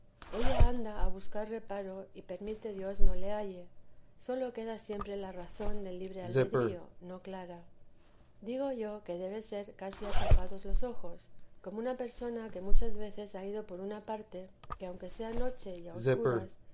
ella anda a buscar reparo y permite dios no le halle sólo queda siempre la razón del libre albedrío no clara digo yo que debe ser casi atapados los ojos como una persona que muchas veces ha ido por una parte que aunque sea noche y a escuras